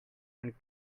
and